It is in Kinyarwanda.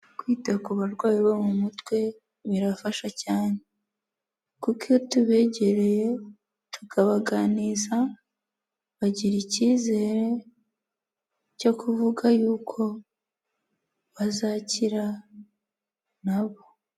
Kwita ku barwayi bo mu mutwe birafasha cyane kuko iyo tubegereye, tukabaganiriza bagira icyizere cyo kuvuga yuko bazakira na bo.